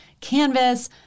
canvas